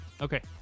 Okay